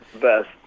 best